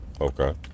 Okay